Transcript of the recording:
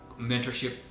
mentorship